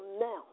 now